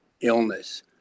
illness